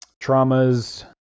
traumas